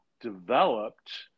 developed